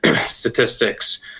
statistics